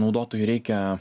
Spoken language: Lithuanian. naudotojui reikia